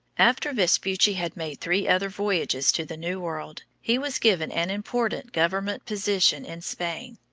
after vespucci had made three other voyages to the new world, he was given an important government position in spain,